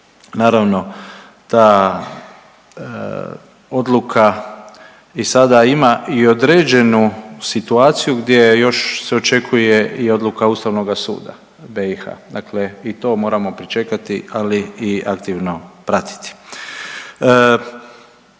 naravno, ta odluka i sada ima i određenu situaciju gdje još se očekuje i odluka Ustavnoga suda BiH, dakle i to moramo pričekati, ali i aktivno pratiti.